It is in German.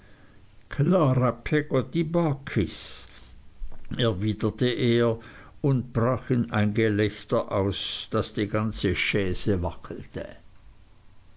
erwiderte er und brach in ein gelächter aus daß die ganze chaise wackelte